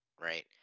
Right